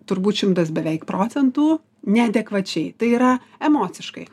turbūt šimtas beveik procentų neadekvačiai tai yra emociškai